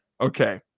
Okay